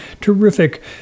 terrific